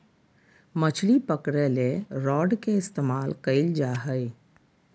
मछली पकरे ले रॉड के इस्तमाल कइल जा हइ